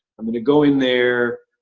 i'm gonna go in there,